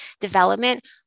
development